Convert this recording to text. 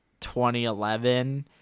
2011